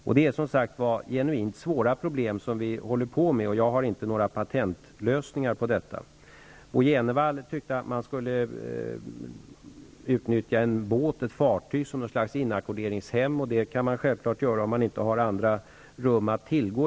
Detta är som sagt genuint svåra problem, och jag har inte några patentlösningar på dem. Bo Jenevall tyckte att man skulle utnyttja ett fartyg som något slags inackorderingshem. Det kan man självfallet göra om man inte har andra rum att tillgå.